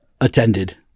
attended